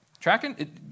Tracking